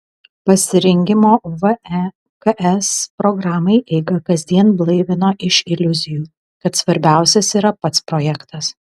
pasirengimo veks programai eiga kasdien blaivino iš iliuzijų kad svarbiausias yra pats projektas